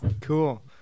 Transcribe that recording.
Cool